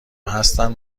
هستن